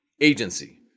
agency